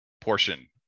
portion